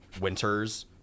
winters